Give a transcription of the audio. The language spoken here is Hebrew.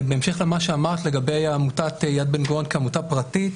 בהמשך למה שאמרת לגבי עמותת יד בן-גוריון כעמותה פרטית,